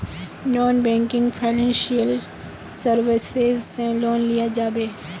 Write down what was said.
Non banking financial services से loan लिया जाबे?